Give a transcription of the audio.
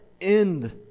end